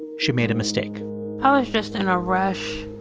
she made a mistake i was just in a rush